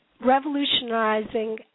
revolutionizing